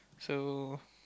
so